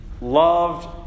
loved